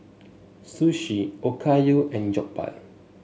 Sushi Okayu and Jokbal